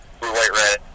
blue-white-red